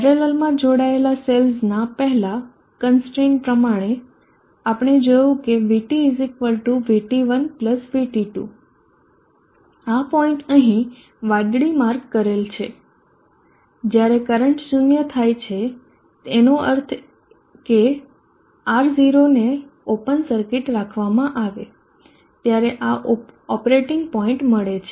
પેરેલલમાં જોડાયેલા સેલ્સ ના પહેલા કનસ્ટ્રેઈન પ્રમાણે આપણે જોયું કે VT VT1 VT2 આ પોઈન્ટ અહીં વાદળી માર્ક થયેલ છે જ્યારે કરંટ 0 થાય એનો અર્થ કે R0 ને ઓપન સર્કિટ રાખવામાં આવે ત્ય્યારે આ ઓપરેટિંગ પોઇન્ટ મળે છે